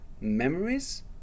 memories